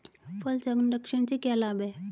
फल संरक्षण से क्या लाभ है?